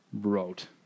wrote